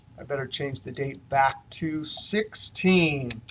i better change that date back to sixteen.